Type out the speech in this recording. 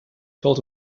told